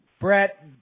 Brett